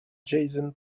jason